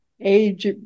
age